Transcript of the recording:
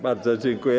Bardzo dziękuję.